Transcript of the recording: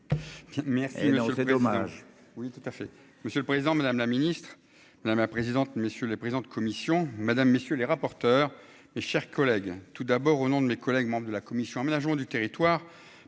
Merci monsieur le président.